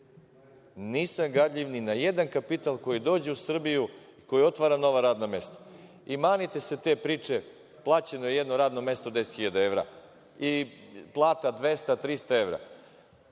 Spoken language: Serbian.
Nisam gadljiv ni na jedan kapital koji dođe u Srbiju, koji otvara nova radna mesta. Manite se te priče – plaćeno je jedno radno mesto 10 hiljada evra i plata 200, 300 evra.